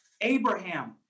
Abraham